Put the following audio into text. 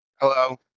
Hello